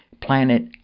planet